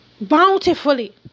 bountifully